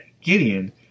Gideon